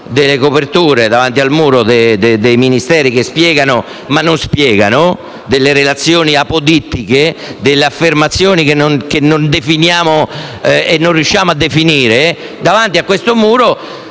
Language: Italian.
delle coperture; davanti al muro dei Ministeri che spiegano - ma non spiegano - e alle relazioni apodittiche e alle affermazioni che non riusciamo a definire; davanti a tutto